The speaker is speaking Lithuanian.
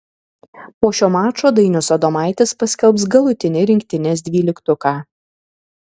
po šio mačo dainius adomaitis paskelbs galutinį rinktinės dvyliktuką